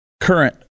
current